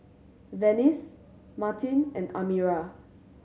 Venice Martin and Amira